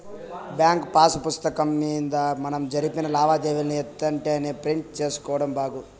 bank pass పుస్తకం మింద మనం జరిపిన లావాదేవీలని ఎంతెంటనే ప్రింట్ సేసుకోడం బాగు